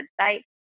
website